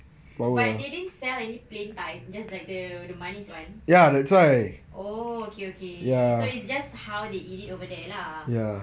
but they didn't sell any plain type just like the the manis one oh okay okay so it's just how they eat it over there lah